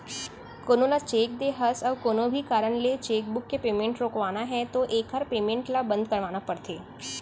कोनो ल चेक दे हस अउ कोनो भी कारन ले चेकबूक के पेमेंट रोकवाना है तो एकर पेमेंट ल बंद करवाना परथे